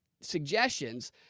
suggestions